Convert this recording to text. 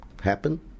happen